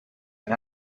and